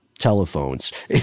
Telephones